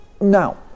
Now